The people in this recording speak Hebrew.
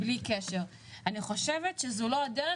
אני חושבת שזו לא הדרך.